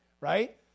right